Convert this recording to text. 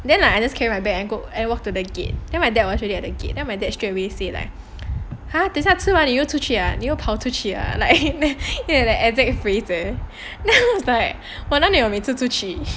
then like I just carry my bag and go and walk to the gate then my dad was already at the gate then my dad straight away said like !huh! 等下你吃完你又出去啊你又跑出去啊你 like like exact phrase eh then I was like 我哪里有每次出去